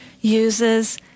uses